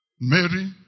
Mary